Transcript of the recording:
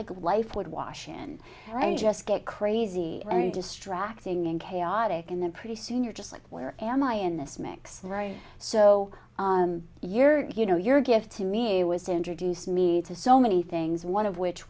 like life would wash in just get crazy very distracting and chaotic and then pretty soon you're just like where am i in this mix right so you're you know your gift to me was to introduce me to so many things one of which